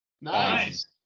nice